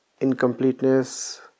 incompleteness